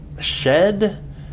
shed